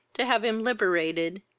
to have him liberated,